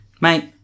Mate